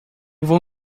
vou